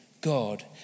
God